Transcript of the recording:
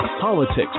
politics